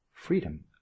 Freedom